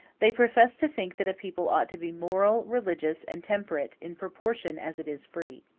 they profess to think that a people ought to be moral, religious, and temperate, in proportion as it is free.